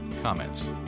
comments